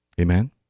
Amen